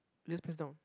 just press down